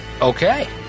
Okay